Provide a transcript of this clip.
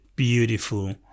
Beautiful